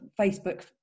Facebook